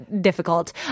difficult